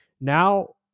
now